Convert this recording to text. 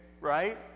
right